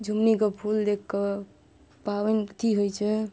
झिमनीके फूल देख कऽ पावनि अथी होइ छै